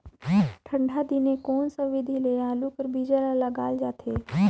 ठंडा दिने कोन सा विधि ले आलू कर बीजा ल लगाल जाथे?